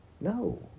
no